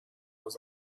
was